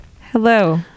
Hello